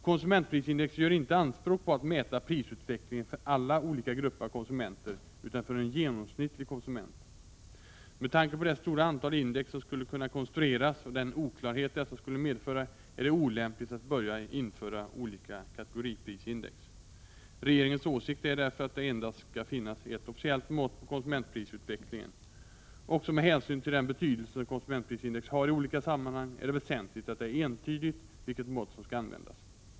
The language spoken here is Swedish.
Konsumentprisindex gör inte anspråk på att mäta prisutvecklingen för alla olika grupper av konsumenter utan för en genomsnittlig konsument. Med tanke på det stora antal index som skulle kunna konstrueras och den oklarhet dessa skulle medföra är det olämpligt att börja införa olika kategoriprisindex. Regeringens åsikt är därför att det endast skall finnas ett officiellt mått på konsumentprisutvecklingen. Också med hänsyn till den betydelse som konsumentprisindex har i olika sammanhang är det väsentligt att det är entydigt vilket mått som skall användas.